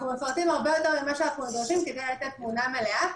אנחנו מפרטים הרבה יותר ממה שאנחנו נדרשים כדי לתת תמונת מלאה.